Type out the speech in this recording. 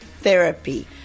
therapy